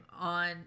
on